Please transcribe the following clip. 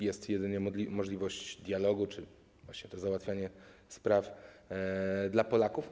Jest jedynie możliwość dialogu czy właśnie to załatwianie spraw dla Polaków.